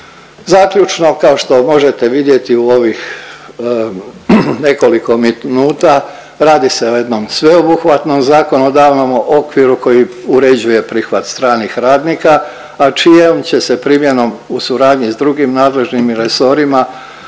Zaključno, kao što možete vidjeti u ovih nekoliko minuta radi se o jednom sveobuhvatnom zakonodavnom okviru koji uređuje prihvat stranih radnika, a čijom će se primjenom u suradnji s drugim nadležnim resorima,